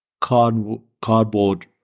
cardboard